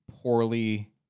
poorly